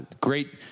great